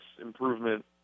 improvement